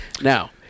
Now